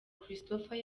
christopher